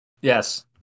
Yes